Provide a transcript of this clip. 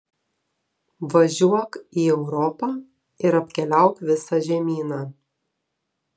važiuok į europą ir apkeliauk visą žemyną